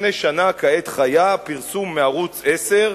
פרסום בערוץ-10,